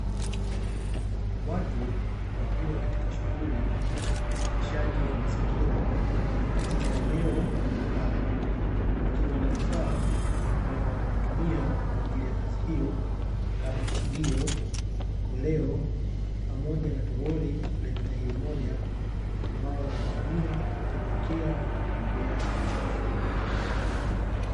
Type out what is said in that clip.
Watu wakiwa katika shughuli ya usafishaji wa mazingira, katika eneo la barabara, wakiwa na vifaa ambavyo wanavitumia kwa jili ya kazi hiyo kama fagio, kolea pamoja toroli lenye tairi moja, ambalo wanalitumia kuwekea na kubebea uchafu.